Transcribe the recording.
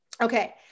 Okay